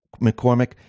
McCormick